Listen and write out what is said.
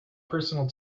personal